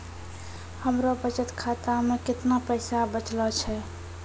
हमरो बचत खाता मे कैतना पैसा बचलो छै?